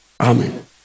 Amen